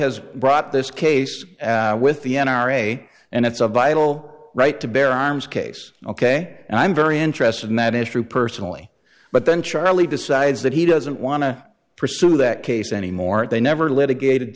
has brought this case with the n r a and it's a vital right to bear arms case ok and i'm very interested in that is true personally but then charlie decides that he doesn't want to pursue that case anymore they never litigated